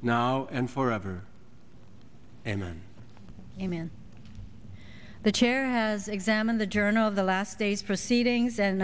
now and forever and then him in the chair has examined the journal of the last days proceedings and